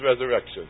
resurrection